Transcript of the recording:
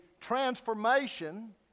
transformation